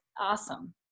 awesome